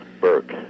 Burke